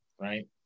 Right